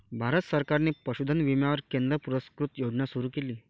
भारत सरकारने पशुधन विम्यावर केंद्र पुरस्कृत योजना सुरू केली